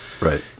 right